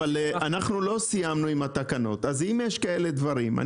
אנחנו לא סיימנו עם התקנות אז אם יש כאלה דברים,